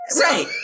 right